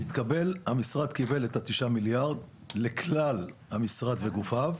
המשרד קיבל את התשעה מיליארד לכלל המשרד וגופיו.